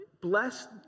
bless